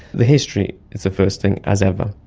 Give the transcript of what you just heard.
the history is the first thing, as ever.